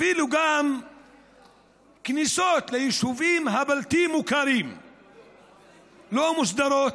אפילו הכניסות ליישובים הבלתי-מוכרים לא מוסדרות,